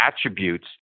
attributes